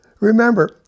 Remember